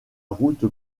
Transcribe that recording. route